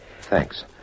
Thanks